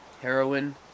heroin